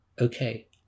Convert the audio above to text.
Okay